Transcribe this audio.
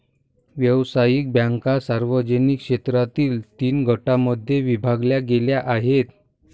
व्यावसायिक बँका सार्वजनिक क्षेत्रातील तीन गटांमध्ये विभागल्या गेल्या आहेत